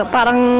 Parang